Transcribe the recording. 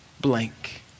blank